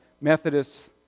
methodists